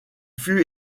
fut